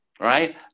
right